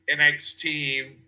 NXT